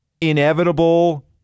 inevitable